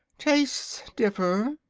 tastes differ,